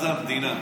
זה לא קשור.